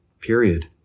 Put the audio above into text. period